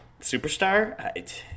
superstar